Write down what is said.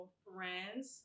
friends